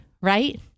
right